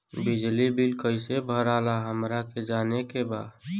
बिजली बिल कईसे भराला हमरा के जाने के बा?